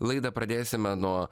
laidą pradėsime nuo